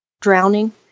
drowning